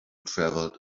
traveled